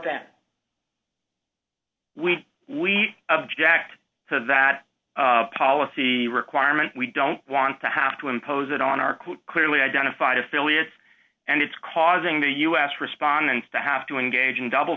w we object to that policy requirement we don't want to have to impose it on our quote clearly identified affiliates and it's causing the u s respondents to have to engage in double